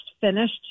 finished